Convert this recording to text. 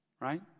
right